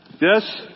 Yes